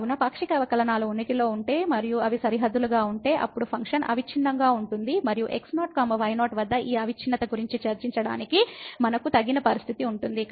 కాబట్టి పాక్షిక అవకలనాలు ఉనికిలో ఉంటే మరియు అవి సరిహద్దులుగా ఉంటే అప్పుడు ఫంక్షన్ అవిచ్ఛిన్నంగా ఉంటుంది మరియు x0 y0 వద్ద ఈ అవిచ్ఛిన్నత గురించి చర్చించడానికి మనకు తగిన పరిస్థితి ఉంటుంది